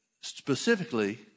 specifically